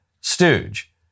stooge